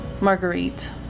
Marguerite